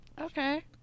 Okay